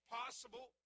possible